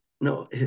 no